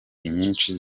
inyinshi